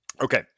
okay